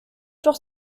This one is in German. doch